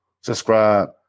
Subscribe